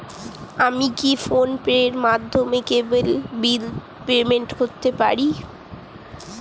আমি কি ফোন পের মাধ্যমে কেবল বিল পেমেন্ট করতে পারি?